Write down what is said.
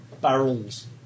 barrels